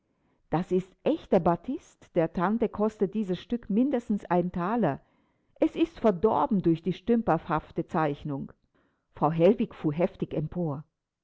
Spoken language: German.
das ist echter batist der tante kostet dies stück mindestens einen thaler es ist verdorben durch die stümperhafte zeichnung frau hellwig fuhr heftig empor